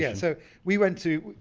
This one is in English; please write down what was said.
yeah so we went to,